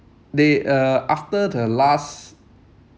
they uh after the last